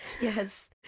yes